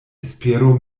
espero